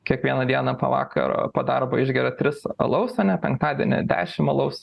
kiekvieną dieną po vakaro po darbo išgeria tris alaus ane penktadienį dešim alaus